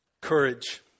Courage